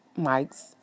mics